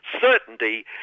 certainty